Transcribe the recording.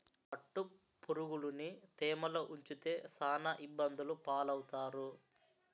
పట్టుపురుగులుని తేమలో ఉంచితే సాన ఇబ్బందులు పాలవుతారు